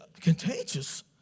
Contagious